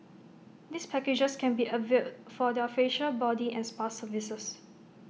these packages can be availed for their facial body and spa services